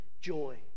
joy